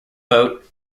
vote